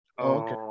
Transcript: Okay